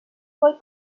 boy